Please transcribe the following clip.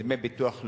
מדמי ביטוח לאומי.